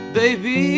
baby